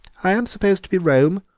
i am supposed to be rome,